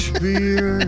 beer